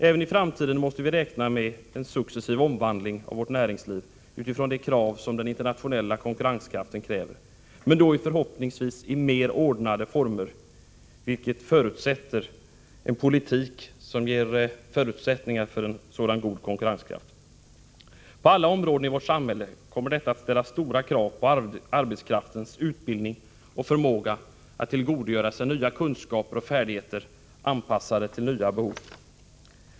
Även i framtiden måste vi räkna med en successiv omvandling av vårt näringsliv utifrån de krav som den internationella konkurrenskraften ställer — men då förhoppningsvis i mer ordnade former, vilket förutsätter en politik som ger förutsättningar för en sådan god konkurrenskraft. På alla områden i vårt samhälle kommer detta att ställa stora krav på arbetskraftens utbildning och förmåga att tillgodogöra sig nya kunskaper och färdigheter anpassade till nya behov.